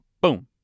boom